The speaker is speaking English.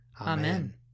Amen